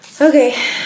Okay